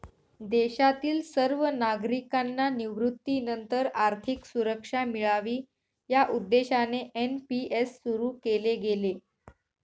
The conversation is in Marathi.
देशातील सर्व नागरिकांना निवृत्तीनंतर आर्थिक सुरक्षा मिळावी या उद्देशाने एन.पी.एस सुरु केले गेले